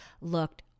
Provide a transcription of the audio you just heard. looked